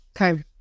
okay